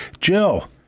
Jill